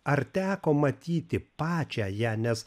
ar teko matyti pačią ją nes